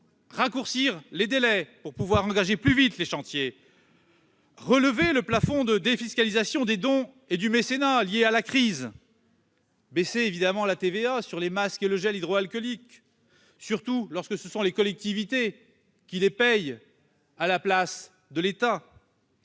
raccourcir les délais pour engager plus vite les chantiers, relever le plafond de défiscalisation des dons et du mécénat liés à la crise sanitaire, baisser la TVA sur les masques et les gels hydroalcooliques, ... C'est fait !... surtout lorsque ce sont les collectivités qui les financent à la place de l'État.